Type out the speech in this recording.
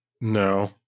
No